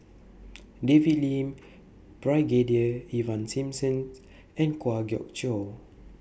David Lim Brigadier Ivan Simson and Kwa Geok Choo